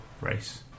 race